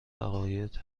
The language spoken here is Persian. عقاید